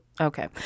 Okay